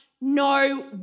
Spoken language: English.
no